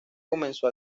comenzó